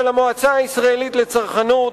של המועצה הישראלית לצרכנות,